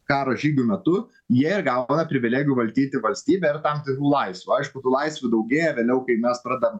karo žygių metu jie ir gauna privilegijų valdyti valstybę ar tam tikrų laisvių aišku tų laisvių daugėja vėliau kai mes pradedam